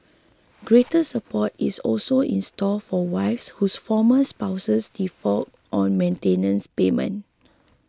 greater support is also in store for wives whose former spouses default on maintenance payments